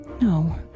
No